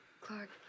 Clark